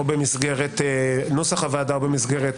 או במסגרת נוסח הוועדה או במסגרת